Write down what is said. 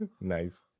Nice